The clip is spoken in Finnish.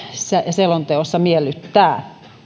selonteossa miellyttää